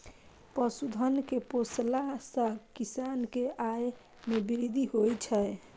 पशुधन कें पोसला सं किसान के आय मे वृद्धि होइ छै